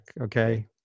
okay